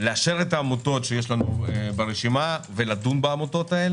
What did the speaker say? לאשר את העמותות שיש לנו ברשימה ולדון בהן,